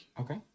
Okay